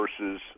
versus